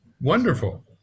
Wonderful